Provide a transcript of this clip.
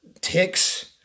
ticks